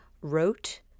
wrote